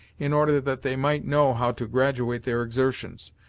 in order that they might know how to graduate their exertions,